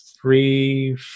three